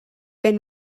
been